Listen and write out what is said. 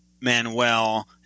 Manuel